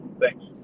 Thanks